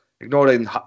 ignoring